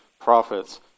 Prophets